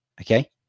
okay